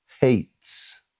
hates